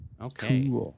Okay